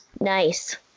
Nice